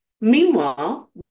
Meanwhile